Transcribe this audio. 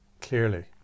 clearly